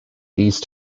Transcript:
these